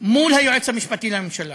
מול היועץ המשפטי לממשלה.